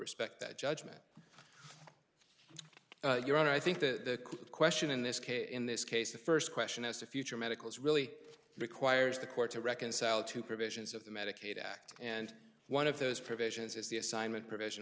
respect that judgment your honor i think the question in this case in this case the first question as to future medical is really requires the court to reconcile two provisions of the medicaid act and one of those provisions is the assignment pr